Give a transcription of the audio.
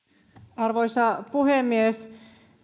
arvoisa puhemies